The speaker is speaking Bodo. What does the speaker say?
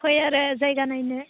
फै आरो जायगा नायानो